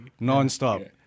nonstop